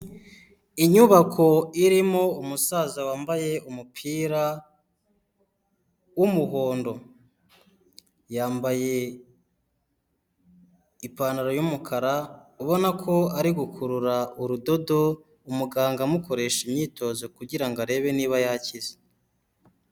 Inyubako irimo umusaza wambaye umupira w'umuhondo, yambaye ipantaro y'umukara, ubona ko ari gukurura urudodo, umuganga amukoresha imyitozo kugira ngo arebe niba yakize.